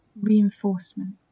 reinforcement